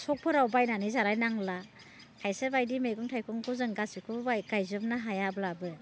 सकफोराव बायनानै जानाय नांला खायसे बायदि मैगं थाइगंखौ जों गासिखौबो गायजोबनो हायाब्लाबो